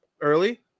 early